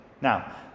Now